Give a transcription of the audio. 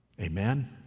Amen